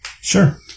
Sure